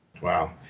Wow